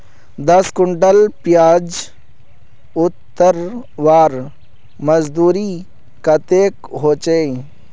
दस कुंटल प्याज उतरवार मजदूरी कतेक होचए?